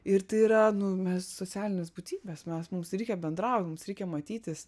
ir tai yra nu mes socialinės būtybės mes mums reikia bendraut mums reikia matytis